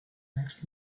next